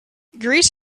greece